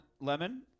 Lemon